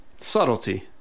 subtlety